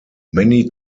many